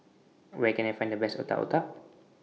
Where Can I Find The Best Otak Otak